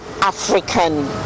African